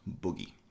boogie